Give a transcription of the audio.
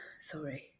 sorry